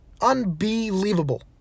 Unbelievable